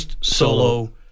solo